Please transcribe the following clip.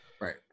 Right